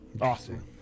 Awesome